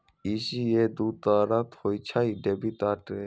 ECS दू तरहक होइ छै, डेबिट आ क्रेडिट